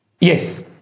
Yes